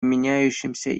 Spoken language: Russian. меняющемся